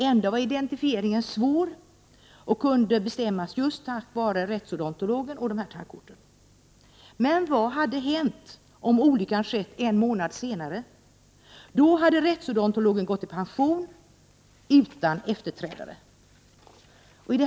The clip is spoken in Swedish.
Ändå var identifieringen svår — och kunde utföras just tack vare rättsodontologen och tandkorten. Men vad hade hänt om olyckan skett en månad senare? Då hade rättsodontologen gått i pension, utan efterträdare.